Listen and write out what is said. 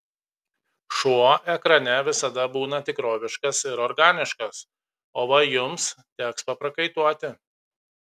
šuo ekrane visada būna tikroviškas ir organiškas o va jums teks paprakaituoti